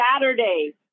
Saturday